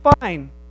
fine